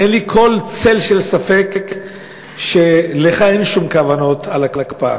אין לי כל צל של ספק שלך אין שום כוונות להקפאה.